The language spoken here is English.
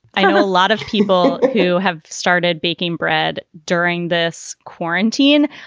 i know a lot of people who have started baking bread during this quarantine.